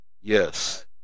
Yes